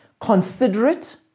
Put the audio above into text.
considerate